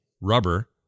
rubber